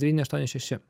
devyni aštuoni šeši